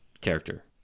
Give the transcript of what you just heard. character